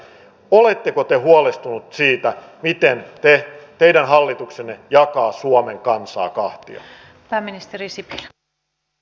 oletteko te huolestunut siitä miten teidän hallituksenne jakaa suomen kansaa kahtia